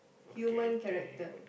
human character